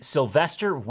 Sylvester